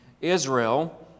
Israel